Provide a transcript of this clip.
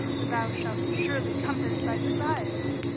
for thou shalt surely compass thy desire.